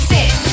Sit